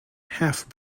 half